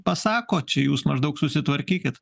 pasako čia jūs maždaug susitvarkykit